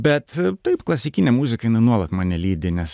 bet taip klasikinė muzika jinai nuolat mane lydi nes